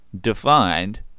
defined